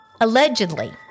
Allegedly